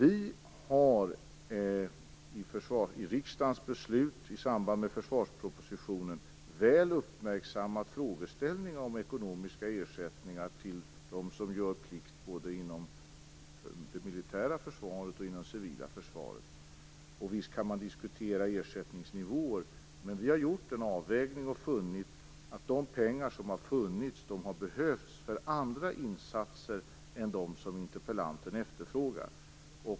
I samband med riksdagens beslut om försvarspropositionen har vi uppmärksammat frågeställningen om ekonomisk ersättning till dem som gör plikt både inom det militära försvaret och inom det civila försvaret. Visst kan man diskutera ersättningsnivåer, men vi har gjort en avvägning och funnit att de pengar som har funnits har behövts för andra insatser än dem som interpellanten efterfrågar.